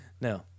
No